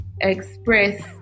express